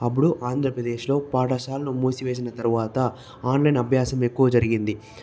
అప్పుడు ఆంధ్రప్రదేశ్లో పాఠశాలలు మూసివేసిన తర్వాత ఆన్లైన్ అభ్యాసం ఎక్కువ జరిగింది